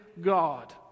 God